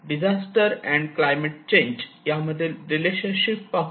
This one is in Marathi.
डिझास्टर अँड क्लायमेट चेंज यामधील रिलेशनशिप पाहू